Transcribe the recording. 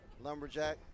Lumberjack